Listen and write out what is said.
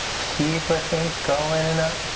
keep lifting, go in and up.